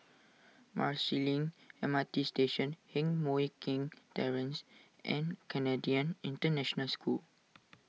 Marsiling M R T Station Heng Mui Keng Terrace and Canadian International School